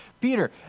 Peter